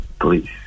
please